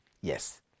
Yes